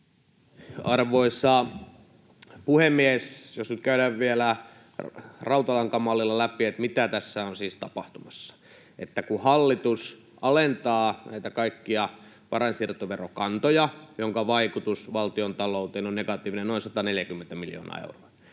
Arvoisa puhemies! Jos nyt käydään vielä rautalankamallilla läpi, mitä tässä on siis tapahtumassa: kun hallitus alentaa näitä kaikkia varainsiirtoverokantoja, minkä vaikutus valtiontalouteen on negatiivinen noin 140 miljoonaa euroa,